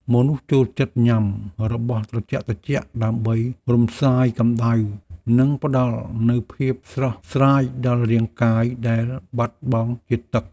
មនុស្សចូលចិត្តញ៉ាំរបស់ត្រជាក់ៗដើម្បីរំសាយកម្តៅ និងផ្ដល់នូវភាពស្រស់ស្រាយដល់រាងកាយដែលបាត់បង់ជាតិទឹក។